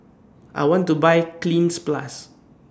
I want to Buy Cleanz Plus